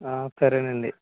సరేనండి